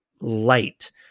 light